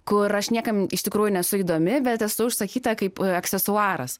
kur aš niekam iš tikrųjų nesu įdomi bet esu užsakyta kaip aksesuaras